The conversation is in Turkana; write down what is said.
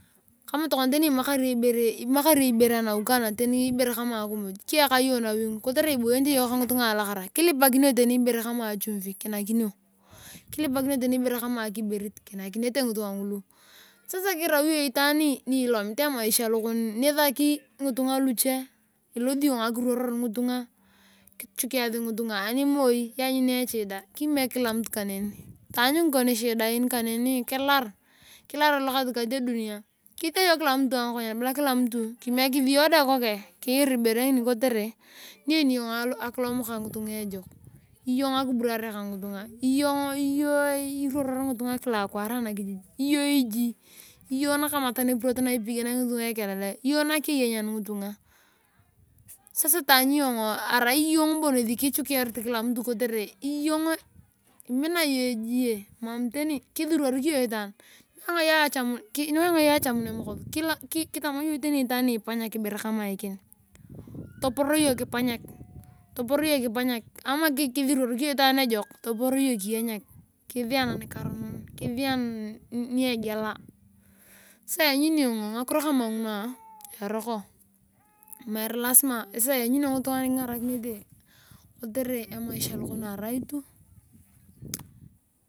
Kama teni tokona imakari iyong ibere anawi kani tani ibere kama akimiy tani kiyaka nawi ngin kotere iboyenete yong kongitunga alakara kilipan iyong tani ibere kama nawi ngiri kotere iboyenete yong konitanga alakara kilipan iyong toni ibere kama achumvi kinakinio. Kilipakim iyong ibere kama akibirit kinakinete ngitunga ngulu sasa kirau iyong itaan nilomit emaisha lokon nisaki ngitunga luche ilosi yonh akiruoror ngitunga kichukiasi ngitunga animoi nianyuni echida kimek kmek kila mtu kaneni taany ngikon shidan kaneni kilar alokatikat edunia ketete yong kila mtu angakonyen bala kila mtu kimakisi yong dae kur ibere ngini kotere niyeni iyong akilomong kangitunga ejok. Iyong akiburare kongitunga. iyong inioror ngitunga kila akwaar anakiji iyong iji iyong nakamatan epurot ipiganakini sua ekelele. iyong nakienyan ngitunga. sasa taany yongoo arai iyong bon kichukiarit kila mtu kotore. iyong imina yong ejie. mam tani kisurorik iyong itaan niwainga iyong achamun emokos kitama yong tani itaan nifaanyak ibore kama eken tapor iyong kipanyak ama kisurorik sasa ianyuni yong ngakirio kama nguna eroko. Mere lasima sasa lanyuni yong ngitunga nikingarakinete kitere emaisha lokon loaraitu.